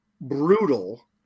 brutal